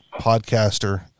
podcaster